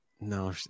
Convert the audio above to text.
No